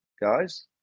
guys